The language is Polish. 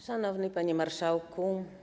Szanowny Panie Marszałku!